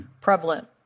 prevalent